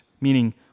Meaning